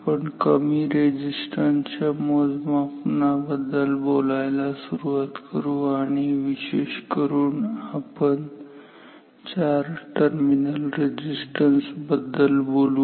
आपण कमी रेझिस्टन्स च्या मोजमापनाबद्दल बोलायला सुरुवात करू आणि विशेष करून आपण चार टर्मिनल रेझिस्टन्स बद्दल बोलू